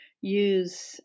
use